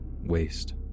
waste